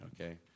okay